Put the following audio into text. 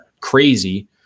crazy